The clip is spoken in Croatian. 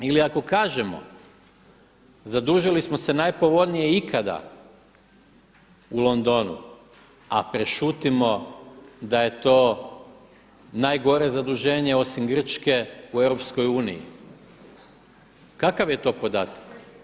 Ili ako kažemo zadužili smo se najpovoljnije ikada u Londonu a prešutimo da je to najgore zaduženje osim Grčke u EU, kakav je to podatak?